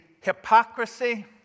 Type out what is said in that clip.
hypocrisy